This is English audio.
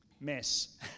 mess